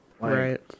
Right